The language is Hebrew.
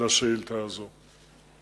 לשאילתא הזאת.